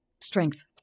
strength